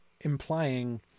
implying